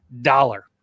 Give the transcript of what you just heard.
dollar